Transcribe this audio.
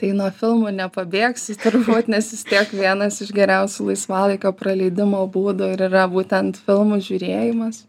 tai nuo filmų nepabėgsi turbūt nes vis tiek vienas iš geriausių laisvalaikio praleidimo būdų ir yra būtent filmų žiūrėjimas